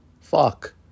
Fuck